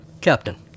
Captain